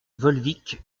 volvic